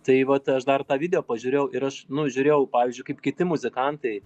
tai vat aš dar tą video pažiūrėjau ir aš nu žiūrėjau pavyzdžiui kaip kiti muzikantai